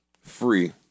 free